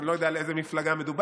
אני לא יודע על איזה מפלגה מדובר,